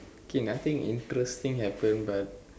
okay nothing interesting happen but